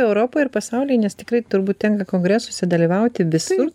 europa ir pasauliai nes tikrai turbūt tenka kongresuose dalyvauti visur